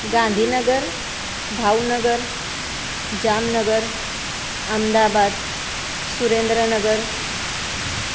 Gandhinagar Bhavnagar Jamnagar Ahmedabad Surendranagar